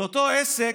ואותו עסק,